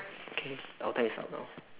okay oh time's up now